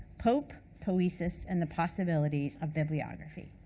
pope, poesis, and the possibility of bibliography.